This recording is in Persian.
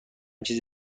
چیز